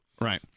Right